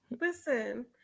Listen